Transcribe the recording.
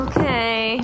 Okay